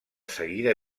seguida